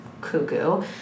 cuckoo